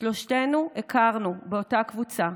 שלושתנו הכרנו באותה קבוצה,